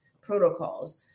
protocols